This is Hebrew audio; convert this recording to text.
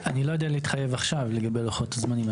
עכשיו להתחייב על לוחות זמנים.